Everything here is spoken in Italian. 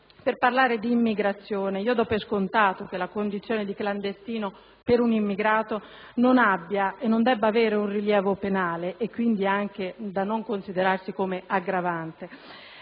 per parlare di immigrazione. Do per scontato che la condizione di clandestino per un immigrato non abbia e non debba avere un rilievo penale e quindi non debba essere considerata come aggravante.